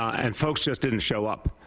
and folks just didn't show up.